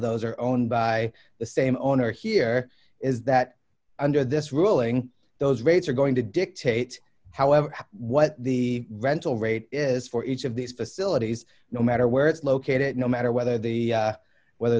those are owned by the same owner here is that under this ruling those rates are going to dictate however what the rental rate is for each of these facilities no matter where it's located it no matter whether the whether